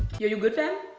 yeah you good fam?